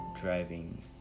driving